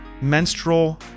Menstrual